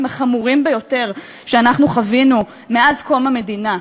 החמורים ביותר שאנחנו חווינו מאז קום המדינה.